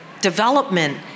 development